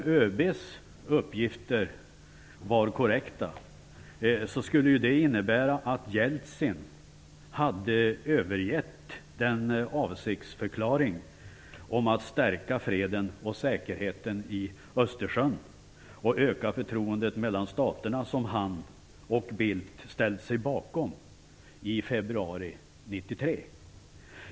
Om ÖB:s uppgifter var korrekta skulle det innebära att Jeltsin hade övergett den avsiktsförklaring om att stärka freden och säkerheten i Östersjön och öka förtroendet mellan staterna som han och Bildt ställt sig bakom i februari 1993.